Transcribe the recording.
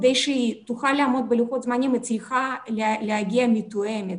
כדי שהיא תוכל לעמוד בלוחות זמנים היא צריכה להגיע מתואמת,